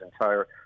entire